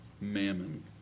mammon